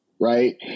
right